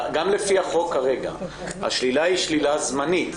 גם לפי החוק כרגע השלילה היא שלילה זמנית.